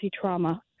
trauma